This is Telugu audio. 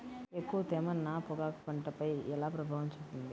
ఎక్కువ తేమ నా పొగాకు పంటపై ఎలా ప్రభావం చూపుతుంది?